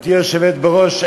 גברתי היושבת בראש,